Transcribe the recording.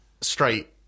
straight